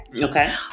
Okay